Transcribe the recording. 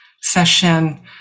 session